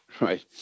Right